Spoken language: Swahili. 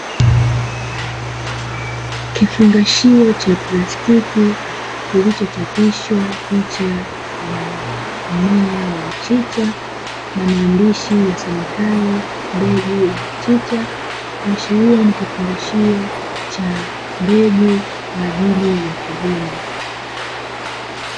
Kifungashio cha plastiki Kilichochapishwa picha ya mmea wa mchicha, na maandishi yasomekayo mbegu ya mchicha, kuashiria ni kifungashio cha mbegu kwa ajili ya kilimo.